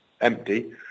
empty